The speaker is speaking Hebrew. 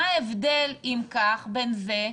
מה ההבדל אם כך, בין זה,